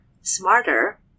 smarter